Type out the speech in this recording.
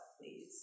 please